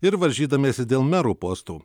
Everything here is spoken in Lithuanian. ir varžydamiesi dėl merų postų